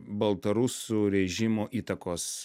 baltarusų režimo įtakos